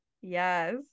Yes